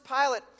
Pilate